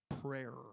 prayer